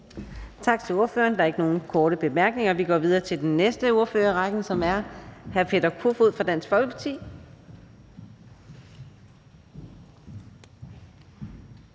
Tak til ordføreren. Der er ikke nogen korte bemærkninger, så vi går videre til den næste ordfører i rækken, som er hr. Torsten Gejl fra Alternativet.